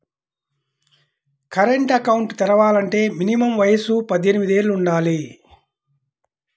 current account తెరవాలంటే minimum వయసు పద్దెనిమిది యేళ్ళు వుండాలి